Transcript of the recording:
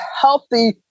healthy